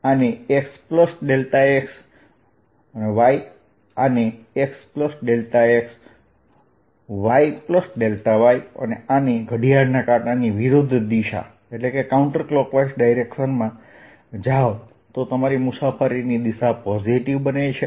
આને xxy આને xxyy અને આને xyy કહીએ અને સામાન્ય રીતે જ્યારે આપણે આ માર્ગે આગળ વધીએ ત્યારે જો તમે ઘડિયાળના કાંટાની વિરુદ્ધ દિશા માં જાવ તો તમારી મુસાફરીની દિશા પોઝિટિવ બને છે